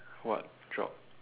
what drop